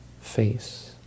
face